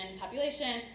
population